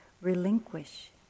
relinquish